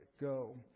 go